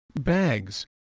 bags